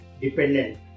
dependent